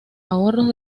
ahorros